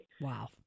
Wow